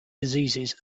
diseases